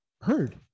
heard